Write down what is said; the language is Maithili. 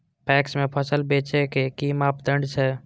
पैक्स में फसल बेचे के कि मापदंड छै?